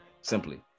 simply